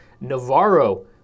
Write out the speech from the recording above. Navarro